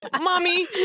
Mommy